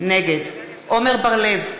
נגד עמר בר-לב,